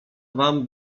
wam